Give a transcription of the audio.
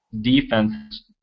defense